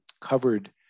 covered